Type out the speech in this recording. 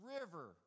river